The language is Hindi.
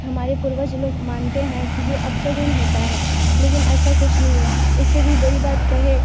हमारे पूर्वज लोग मानते हैं कि ये अपशगुन होता हैे लेकिन ऐसा कुछ नहीं है इससे भी बड़ी बात कहें